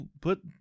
put